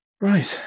Right